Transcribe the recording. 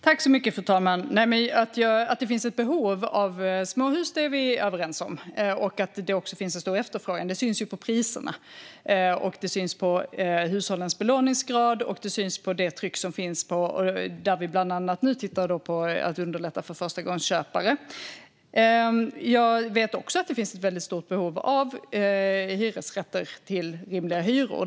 Fru talman! Vi är överens om att det finns behov av småhus, och det finns också en stor efterfrågan. Det syns på priserna, på hushållens belåningsgrad och trycket för att underlätta för förstagångsköpare. Jag vet också att det finns ett stort behov av hyresrätter till rimliga hyror.